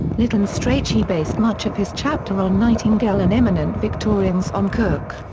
lytton strachey based much of his chapter on nightingale in eminent victorians on cook,